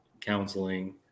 counseling